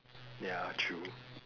ya true